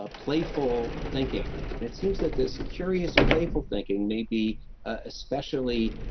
ah playful thinking. and it seems that this curious, playful thinking, may be especially